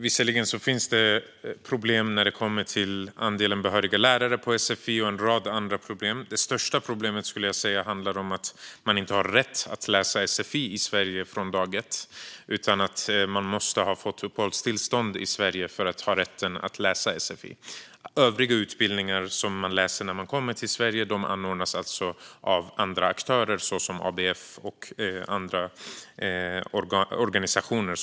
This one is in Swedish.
Visserligen finns det problem med andelen behöriga lärare på sfi och en rad andra problem, men det största problemet handlar om att man inte har rätt att läsa sfi i Sverige från dag ett, utan man måste ha fått uppehållstillstånd i Sverige för att ha rätt att läsa sfi. Övriga utbildningar som man läser när man kommer till Sverige anordnas av andra aktörer, till exempel ABF och andra organisationer.